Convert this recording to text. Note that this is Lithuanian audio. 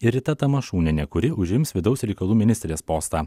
ir rita tamašunienė kuri užims vidaus reikalų ministrės postą